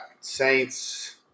Saints